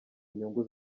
inyungu